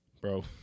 Bro